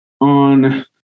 on